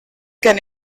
can